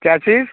क्या चीज़